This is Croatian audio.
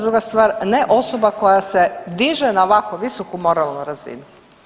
Druga stvar, ne osoba koja se diže na ovako visoku moralnu razinu.